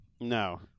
No